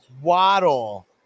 Waddle